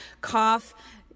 cough